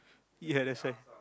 ya that's why